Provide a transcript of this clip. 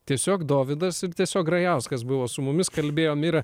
tiesiog dovydas ir tiesiog grajauskas buvo su mumis kalbėjo ir